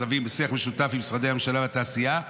הצווים בשיח משותף עם משרדי הממשלה והתעשייה,